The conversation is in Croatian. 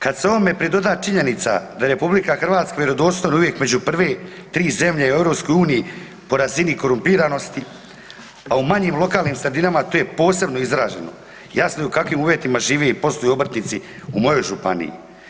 Kad se ovome pridoda činjenica da RH vjerodostojno je uvijek među prve 3 zemlje u EU po razini korumpiranosti, a u manjim lokalnim sredinama to je posebno izraženo, jasno je u kakvim uvjetima žive i posluju obrtnici u mojoj županiji.